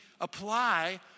apply